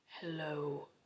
Hello